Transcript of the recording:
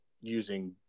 using